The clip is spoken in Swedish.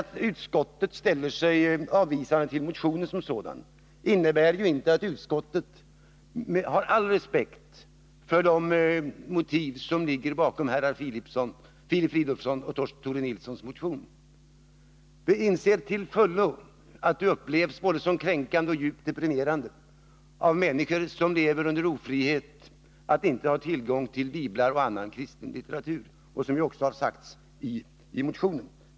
Att utskottet ställer sig avvisande till motionen som sådan innebär inte att utskottet inte har all respekt för de motiv som ligger bakom Filip Fridolfssons och Tore Nilssons motion. Vi inser till fullo att det upplevs som både kränkande och djupt deprimerande av människor som lever under ofrihet att inte ha tillgång till biblar och annan kristen litteratur. Detta har sagts även i motionen.